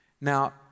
Now